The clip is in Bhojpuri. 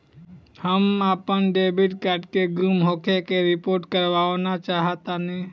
हम आपन डेबिट कार्ड के गुम होखे के रिपोर्ट करवाना चाहत बानी